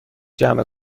جمع